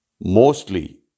Mostly